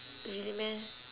really meh